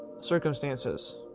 circumstances